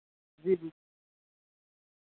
जी जी